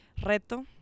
reto